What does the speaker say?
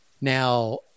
Now